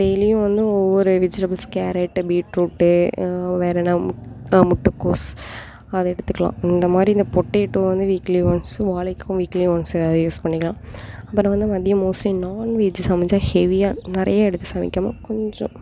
டெய்லியும் வந்து ஒவ்வொரு வெஜிடபுள்ஸ் கேரட்டு பீட்ரூட்டு வேற என்னா மு முட்டைக்கோஸ் அது எடுத்துக்கலாம் இந்தமாதிரி இந்த பொட்டேட்டோ வந்து வீக்லி ஒன்ஸ் வாழைக்காவும் வீக்லி ஒன்ஸ் அத யூஸ் பண்ணிக்கலாம் அப்புறம் வந்து மதியம் மோஸ்ட்லி நாண்வெஜ் சமைச்சால் ஹெவியாக நிறையா எடுத்து சமைக்காமல் கொஞ்சம்